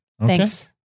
Thanks